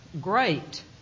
great